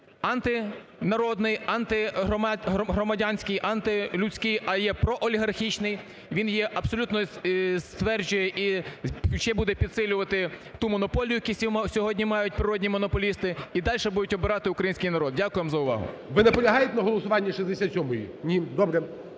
антинародний, антигромадянський, антилюдський, а є проолігархічний, він є, абсолютно стверджує, і ще буде підсилювати ту монополію, яку сьогодні мають природні монополісти і далі будуть оббирати український народ. Дякую вам за увагу. ГОЛОВУЮЧИЙ. Ви наполягаєте на голосуванні 67-ї? ДЕРЕВ’ЯНКО